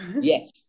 yes